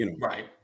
right